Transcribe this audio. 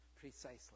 precisely